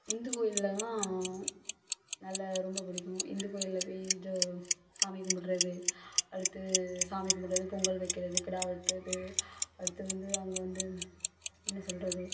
இந்து கோவிலில் தான் நல்ல ரொம்ப பிடிக்கும் இந்து கோயிலில் போய் ஜெ சாமி கும்புடுறது அடுத்து சாமி கும்புடுறது பொங்கல் வைக்கிறது கிடா வெட்டுறது அடுத்து வந்து அங்கே வந்து என்ன சொல்கிறது